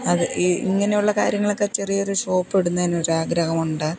അത് ഈ ഇങ്ങനെയുള്ള കാര്യങ്ങളൊക്കെ ചെറിയൊരു ഷോപ്പ് ഇടുന്നതിന് ഒരു ആഗ്രഹം ഉണ്ട്